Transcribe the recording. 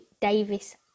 Davis